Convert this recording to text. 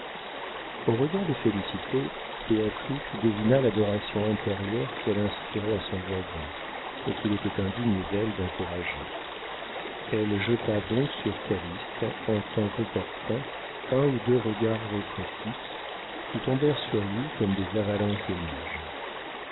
aux regards de félicité béatrix devina l'adoration intérieure qu'elle inspirait à son voisin et qu'il était indigne d'elle d'encourager elle jeta donc sur calyste en temps opportun un ou deux regards répressifs qui tombèrent sur lui comme des avalanches de neige